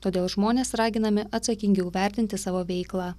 todėl žmonės raginami atsakingiau vertinti savo veiklą